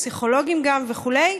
פסיכולוגיים וכו',